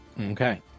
Okay